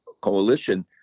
coalition